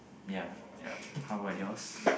ya ya how about yours